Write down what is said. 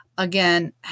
Again